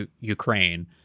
Ukraine